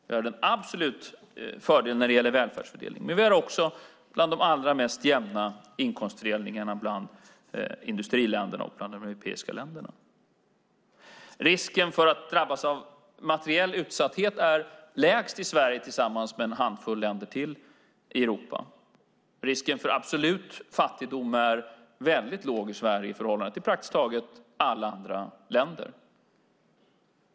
Vi har en absolut fördel när det gäller välfärdsfördelningen, men vi har också bland de allra mest jämna inkomstfördelningarna bland industriländerna och de europeiska länderna. Risken att drabbas av materiell utsatthet är lägst i Sverige, tillsammans med en handfull länder till i Europa. Risken för absolut fattigdom är väldigt låg i Sverige i förhållande till praktiskt taget alla andra länder.